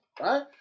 right